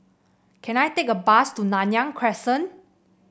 can I take a bus to Nanyang Crescent